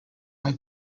are